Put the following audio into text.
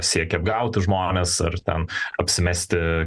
siekia apgauti žmones ar ten apsimesti